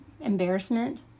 embarrassment